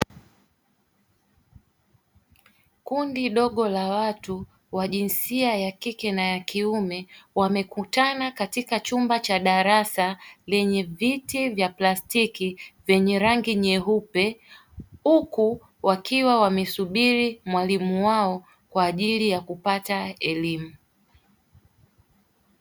Kundi dogo la watu wa jinsia ya kike na ya kiume wamekutana katika chumba cha darasa lenye viti vya plastiki vyenye rangi nyeupe, huku wakiwa wamesubiri mwalimu wao kwa ajili ya kupata elimu.